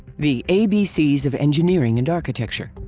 the a, b c's of engineering and architecture.